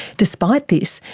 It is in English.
despite this,